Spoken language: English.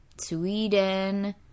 Sweden